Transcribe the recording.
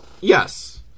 yes